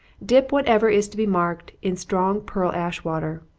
dip whatever is to be marked in strong pearl-ash water.